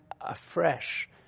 afresh